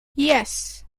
yes